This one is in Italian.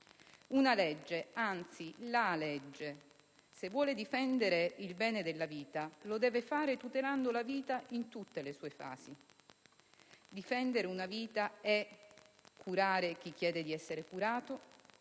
Una legge, anzi la legge, se vuole difendere il bene della vita, lo deve fare tutelando la vita in tutte le sue fasi. Difendere una vita è curare chi chiede di essere curato,